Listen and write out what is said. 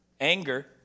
Anger